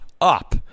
up